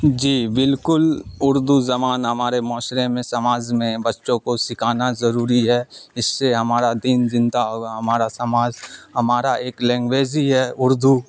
جی بالکل اردو زمان ہمارے معاشرے میں سماج میں بچوں کو سکھانا ضروری ہے اس سے ہمارا دین زندہ ہوگا ہمارا سماج ہمارا ایک لینگویج ہی ہے اردو